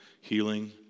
healing